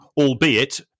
albeit